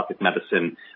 medicine